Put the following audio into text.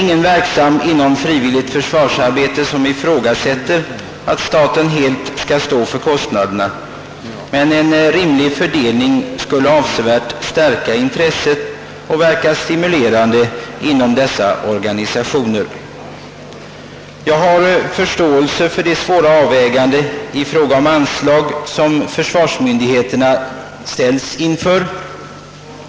Ingen inom det frivilliga försvarsarbetet verksam ifrågasätter dock att staten helt skall stå för kostnaderna, men en rimligare fördelning skulle avsevärt stärka intresset och verka stimulerande inom de frivilliga försvarsorganisationerna. Jag har full förståelse för de svåra avväganden i fråga om anslag som försvarsmyndigheterna ställes inför.